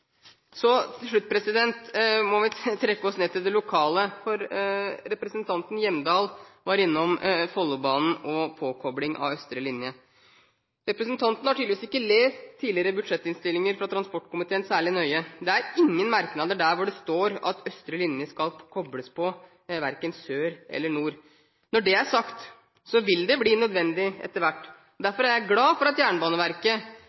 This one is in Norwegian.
Til slutt må vi trekke oss ned til det lokale. Representanten Hjemdal var innom Follobanen og påkobling av østre linje. Representanten har tydeligvis ikke lest tidligere budsjettinnstillinger fra transportkomiteen særlig nøye. Det er ingen merknader der hvor det står at østre linje skal kobles på verken sør eller nord. Når det er sagt, vil det bli nødvendig etter hvert, og derfor er jeg glad for at Jernbaneverket